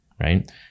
right